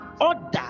order